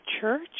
church